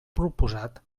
proposat